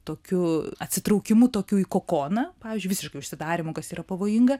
tokiu atsitraukimu tokiu į kokoną pavyzdžiui visišku užsidarymu kas yra pavojinga